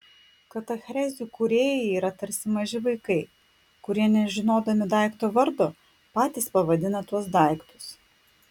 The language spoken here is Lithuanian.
katachrezių kūrėjai yra tarsi maži vaikai kurie nežinodami daikto vardo patys pavadina tuos daiktus